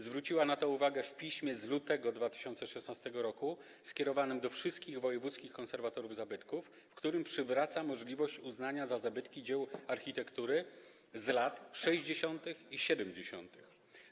Zwróciła na to uwagę w piśmie z lutego 2016 r. skierowanym do wszystkich wojewódzkich konserwatorów zabytków, w którym przywraca możliwość uznania za zabytki dzieł architektury z lat 60. i 70.